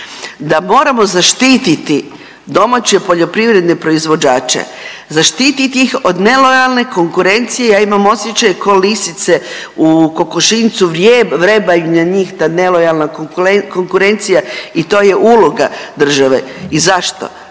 da moramo zaštititi domaće poljoprivredne proizvođače, zaštiti ih od nelojalne konkurencije. Ja imam osjećaj ko lisice u kokošinjcu vrebaju na njih ta nelojalna konkurencija i to je uloga države. I zašto?